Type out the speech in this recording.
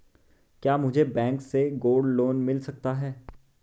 क्या मुझे बैंक से गोल्ड लोंन मिल सकता है?